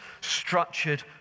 structured